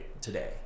today